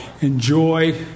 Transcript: enjoy